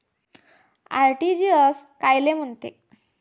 RTGS कायले म्हनते?